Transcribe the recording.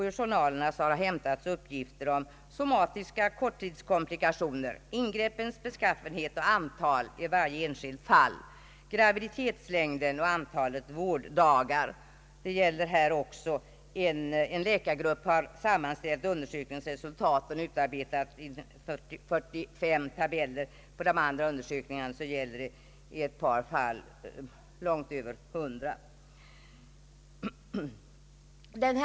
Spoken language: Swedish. Ur journalerna har hämtats uppgifter om somatiska korttidskomplikationer, ingreppens beskaffenhet och antal i varje enskilt fall, graviditetslängden och antalet vårddagar. En läkargrupp har sammanställt undersökningens resultat och utarbetat 45 tabeller. För de andra undersökningarna uppställs det i ett par fall långt över 100 tabeller.